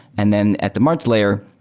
and then at the mart's layer,